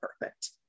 perfect